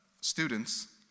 students